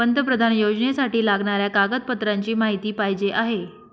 पंतप्रधान योजनेसाठी लागणाऱ्या कागदपत्रांची माहिती पाहिजे आहे